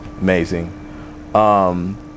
amazing